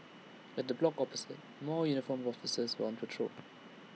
at the block opposite more uniformed officers were on patrol